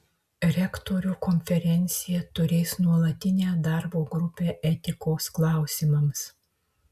rektorių konferencija turės nuolatinę darbo grupę etikos klausimams